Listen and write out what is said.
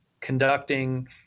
conducting